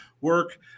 work